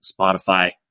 Spotify